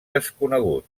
desconegut